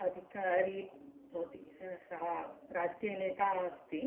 अधिकारि भवति सः राजकीयनेता अस्ति